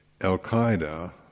Al-Qaeda